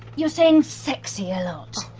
you're saying sexy a lot. ooh,